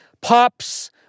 Pops